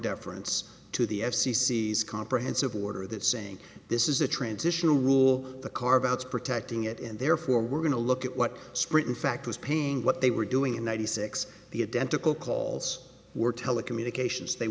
deference to the f c c is comprehensible order that saying this is a transitional rule the carve outs protecting it and therefore we're going to look at what scruton fact was paying what they were doing in ninety six the identical calls were telecommunications they